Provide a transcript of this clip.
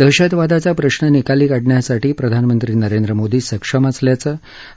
दहशतवादाचा प्रश्न निकाली काढण्यासाठी प्रधानमंत्री नरेंद्र मोदी सक्षम असल्याचं